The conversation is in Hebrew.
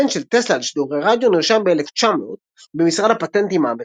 הפטנט של טסלה על שידורי רדיו נרשם ב-1900 במשרד הפטנטים האמריקאי,